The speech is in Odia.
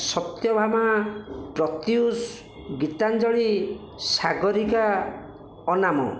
ସତ୍ୟଭାମା ପ୍ରତ୍ୟୁଷ ଗୀତାଞ୍ଜଳି ସାଗରିକା ଅନାମ